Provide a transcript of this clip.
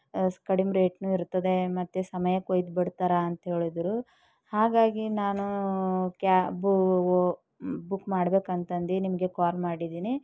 ಕಡ್ಮೆ ರೇಟ್ನೂ ಇರ್ತದೆ ಮತ್ತು ಸಮಯಕ್ಕೊಯ್ದು ಬಿಡ್ತಾರೆ ಅಂತ ಹೇಳಿದರು ಹಾಗಾಗಿ ನಾನು ಕ್ಯಾಬು ಬುಕ್ ಮಾಡ್ಬೇಕಂತಂದು ನಿಮಗೆ ಕಾಲ್ ಮಾಡಿದ್ದೀನಿ